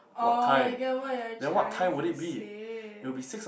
orh I get what you are trying to say